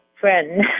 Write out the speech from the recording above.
friend